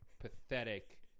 Pathetic